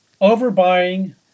overbuying